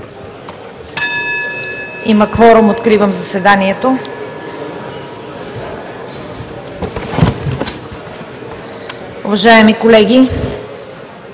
Имаме кворум. Откривам заседанието. Уважаеми колеги,